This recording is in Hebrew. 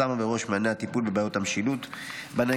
שמה בראש מעייניה את הטיפול בבעיות המשילות בנגב.